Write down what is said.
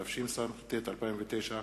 התשס"ט 2009,